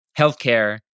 healthcare